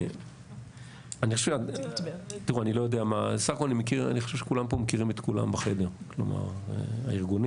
אני חושב שכולם פה מכירים את כולם בחדר, הארגונים.